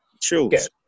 chills